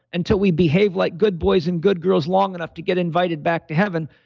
until we behave like good boys and good girls long enough to get invited back to heaven.